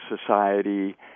society